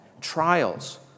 trials